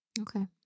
Okay